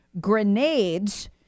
grenades